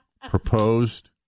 proposed